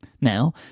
Now